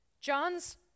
John's